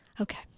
Okay